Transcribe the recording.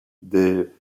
des